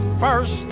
first